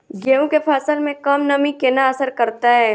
गेंहूँ केँ फसल मे कम नमी केना असर करतै?